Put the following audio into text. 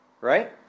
Right